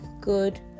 good